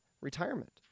retirement